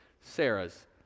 Sarah's